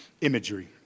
imagery